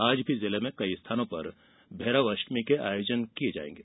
आज भी जिले में कई स्थानों पर भैरव अष्टमी के आयोजन किये जायेंगे